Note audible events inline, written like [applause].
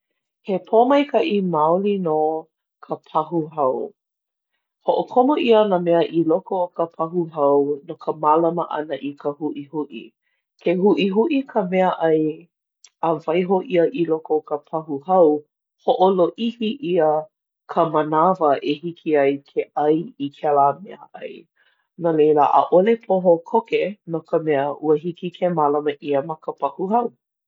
He pōmaikaʻi maoli nō [hesitation] ka pahu hau. Hoʻokomo ʻia nā mea i loko o ka pahu hau no ka mālama ʻana i ka huʻihuʻi. Ke huʻihuʻi ka meaʻai, a waiho ʻia i loko o ka pahu hau, hoʻolōʻihi ʻia ka manawa e hiki ai ke ʻai i kēlā meaʻai. No leila, ʻaʻole pohō koke no ka mea ua hiki ke mālama ʻia ma ka pahu hau.